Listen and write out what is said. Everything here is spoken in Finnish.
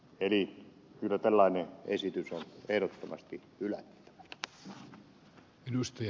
eli kyllä tällainen esitys on ehdottomasti hylättävä